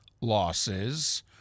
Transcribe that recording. losses